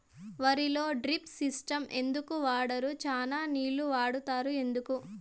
వరిలో drip system ఎందుకు వాడరు? చానా నీళ్లు వాడుతారు ఎందుకు?